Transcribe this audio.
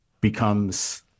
becomes